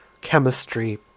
chemistry